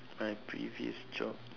my previous job